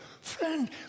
Friend